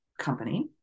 company